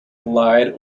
glide